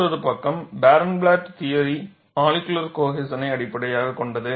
மற்றொரு பக்கம் Barenblatt theory molecular கோஹெசனை அடிப்படையாகக் கொண்டது